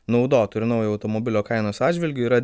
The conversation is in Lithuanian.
naudoto ir naujo automobilio kainos atžvilgiu yra